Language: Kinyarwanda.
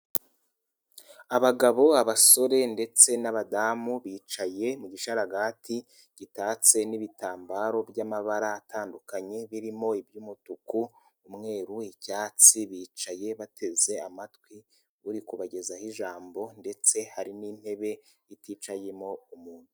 Abagabo, abasore ndetse n'abadamu bicaye mu gisharagati gitatse n'ibitambaro by'amabara atandukanye birimo iby'umutuku, umweru, icyatsi. Bicaye bateze amatwi uri kubagezaho ijambo ndetse hari n'intebe iticayemo umuntu.